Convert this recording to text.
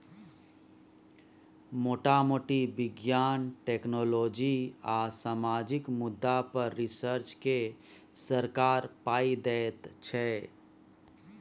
मोटा मोटी बिज्ञान, टेक्नोलॉजी आ सामाजिक मुद्दा पर रिसर्च केँ सरकार पाइ दैत छै